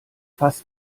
fast